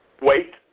wait